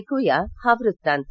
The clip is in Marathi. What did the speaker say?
ऐकुया हा वृत्तांत